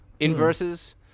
inverses